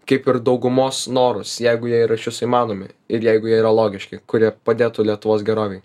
kaip ir daugumos norus jeigu jie yra išvis įmanomi ir jeigu jie yra logiški kurie padėtų lietuvos gerovei